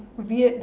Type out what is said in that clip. weird